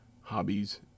hobbies